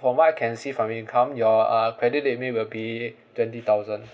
provide can see from your income your uh credit limit will be twenty thousand